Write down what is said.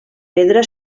pedra